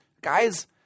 Guys